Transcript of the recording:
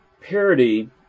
Parody